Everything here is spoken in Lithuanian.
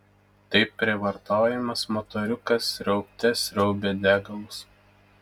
taip prievartaujamas motoriukas sriaubte sriaubė degalus